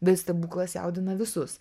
bet stebuklas jaudina visus